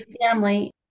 family